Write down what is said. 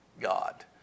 God